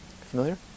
Familiar